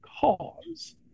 cause